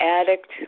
addict